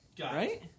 Right